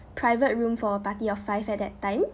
private room for a party of five at that time